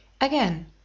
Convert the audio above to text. Again